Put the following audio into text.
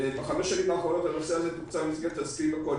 בחמש השנים האחרונות הנושא הזה תוקצב במסגרת ההסכמים הקואליציוניים,